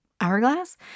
hourglass